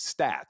stats